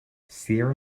sierra